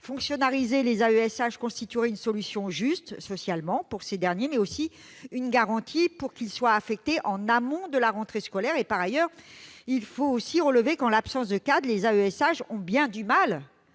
Fonctionnariser les AESH constituerait une solution juste socialement pour ces derniers et une garantie pour qu'ils soient affectés en amont de la rentrée scolaire. Par ailleurs, il faut relever que, en l'absence de cadre, les AESH ont bien du mal